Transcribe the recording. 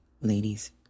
ladies